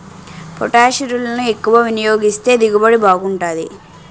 పొటాషిరులను ఎక్కువ వినియోగిస్తే దిగుబడి బాగుంటాది